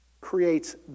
creates